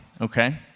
okay